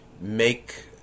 make